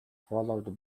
followed